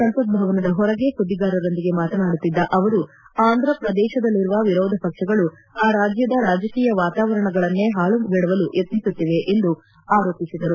ಸಂಸತ್ ಭವನದ ಹೊರಗೆ ಸುದ್ದಿಗಾರರೊಂದಿಗೆ ಮಾತನಾಡುತ್ತಿದ್ದ ಅವರು ಆಂಧ್ರಪ್ರದೇಶದಲ್ಲಿರುವ ವಿರೋಧಪಕ್ಷಗಳು ಆ ರಾಜ್ಯದ ರಾಜಕೀಯ ವಾತಾವರಣವನ್ನೇ ಹಾಳುಗೆಡವಲು ಯತ್ನಿಸುತ್ತಿವೆ ಎಂದು ಆರೋಪಿಸಿದರು